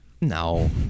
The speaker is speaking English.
No